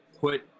put